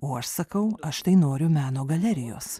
o aš sakau aš tai noriu meno galerijos